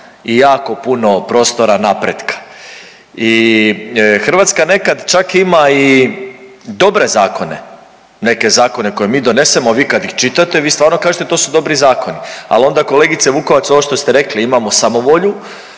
i jako puno prostora napretka i Hrvatska nekad čak ima i dobre zakone, neke zakone koje mi donesemo, a vi kad ih čitate vi stvarno kažete to su dobri zakoni, al onda kolegice Vukovac ovo što ste rekli imamo samovolju